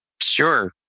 Sure